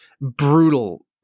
brutal